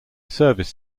service